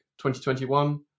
2021